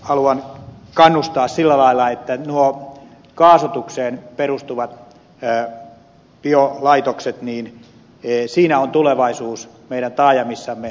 haluan kannustaa sillä lailla että kaasutukseen perustuvat eri kiloa laitokset niin perustuvissa biolaitoksissa on tulevaisuus meidän taajamissamme